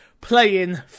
playing